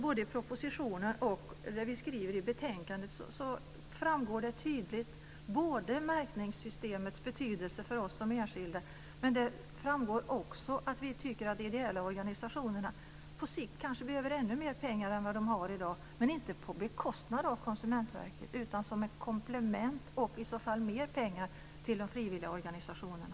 Både i propositionen och i betänkandet framgår tydligt märkningssystemets betydelse för oss som enskilda. Men det framgår också att vi tycker att de ideella organisationerna på sikt kanske behöver ännu mer pengar än vad de har i dag, men inte på bekostnad av Konsumentverket utan som ett komplement. Det behövs i så fall mer pengar till de frivilliga organisationerna.